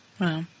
Wow